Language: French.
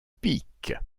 pique